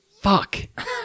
fuck